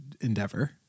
endeavor